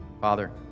Father